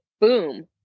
boom